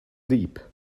deep